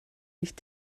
nicht